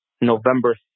November